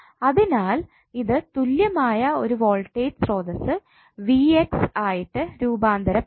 അതിനാൽ ഇത് തുല്യമായ ഒരു വോൾട്ടേജ് സ്രോതസ്സ് ആയിട്ട് രൂപാന്തരപ്പെടുത്താം